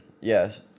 yes